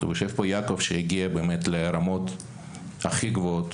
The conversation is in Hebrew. יושב פה יעקב שהגיע לרמות הכי גבוהות.